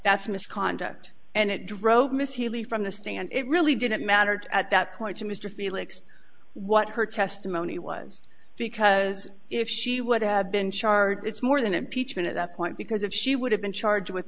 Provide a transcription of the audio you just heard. that's misconduct and it drove miss healey from the stand it really didn't matter at that point to mr felix what her testimony was because if she would have been charged it's more than impeachment at that point because if she would have been charged with